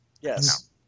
Yes